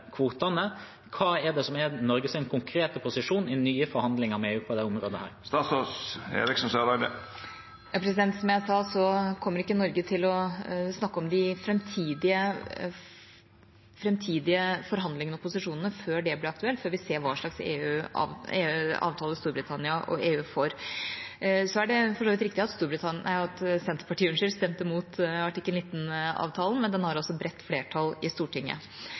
kvotene. Hva er det som er Norges konkrete posisjon i nye forhandlinger med EU på dette området? Som jeg sa, kommer ikke Norge til å snakke om de framtidige forhandlingene og posisjonene før det blir aktuelt, før vi ser hva slags avtale Storbritannia og EU får. Det er for så vidt riktig at Senterpartiet stemte imot artikkel 19-avtalen, men den har bredt flertall i Stortinget.